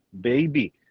baby